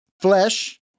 flesh